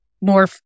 more